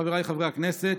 חבריי חברי הכנסת,